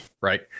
right